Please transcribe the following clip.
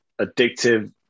addictive